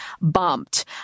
bumped